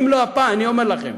אני אומר לכם.